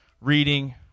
reading